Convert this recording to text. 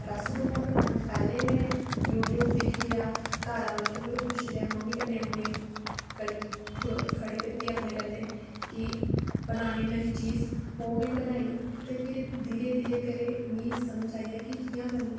रस्सगुल्ला बनाया पैह्लें में यूटयूब दिक्खी लेआ घर आह्लें कोला पुच्छी लेआ मम्मी कन्नै अपनी अपनी खड़ो खड़ी कीती अपने कन्नै की बनानी नमीं चीज ओह् बी बनाई ते फिर धीरे धीरे करियै मिगी समझ आई गेआ कि कि'यां करना ऐ